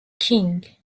king